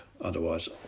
Otherwise